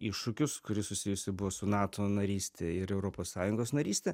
iššūkius kuri susijusi buvo su nato naryste ir europos sąjungos naryste